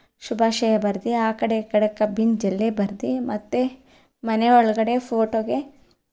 ಶುಭಾಷಯ ಬರ್ದು ಆ ಕಡೆ ಈ ಕಡೆ ಕಬ್ಬಿನ ಜಲ್ಲೆ ಬರ್ದು ಮತ್ತೆ ಮನೆಯೊಳಗಡೆ ಫೋಟೊಗೆ